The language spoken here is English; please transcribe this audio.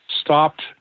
stopped